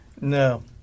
No